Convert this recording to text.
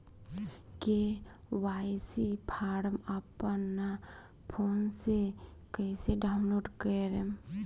KYC form अपना phone मे कइसे डाऊनलोड करेम?